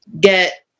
get